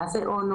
מה זה אונס.